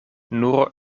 nur